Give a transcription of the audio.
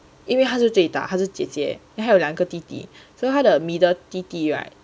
因为他是最大她是姐姐还有两个弟弟所以他的 middle 弟弟 [right]